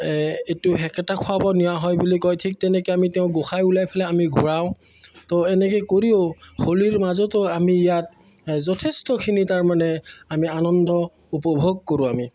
এইটো সেকেটা খোৱাব নিয়া হয় বুলি কয় ঠিক তেনেকৈ আমি তেওঁ গোঁসাই ওলাই পেলাই আমি ঘূৰাওঁ তো এনেকৈ কৰিও হোলীৰ মাজতো আমি ইয়াত যথেষ্টখিনি তাৰমানে আমি আনন্দ উপভোগ কৰোঁ আমি